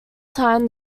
time